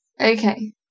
Okay